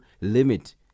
limit